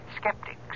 skeptics